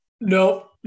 No